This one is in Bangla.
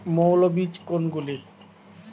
মৌল বীজ কোনগুলি?